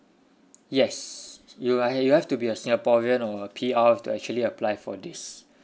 yes you are uh you have to be a singaporean or P_R to actually apply for this